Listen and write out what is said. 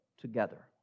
together